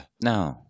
No